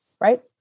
right